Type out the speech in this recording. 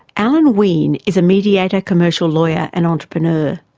alan wein is a mediator, commercial lawyer and entrepreneur.